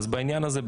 בעניין הזה,